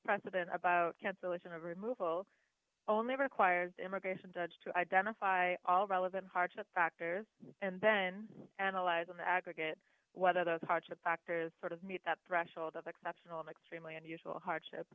president about cancellation of removal only requires immigration judge to identify all relevant hardship factors and then analyze in the aggregate whether those hardship factors sort of meet that threshold of exceptional and extremely unusual hardship